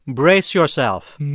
brace yourself.